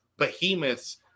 behemoths